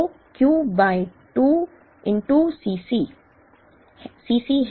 तो Q by 2 Cc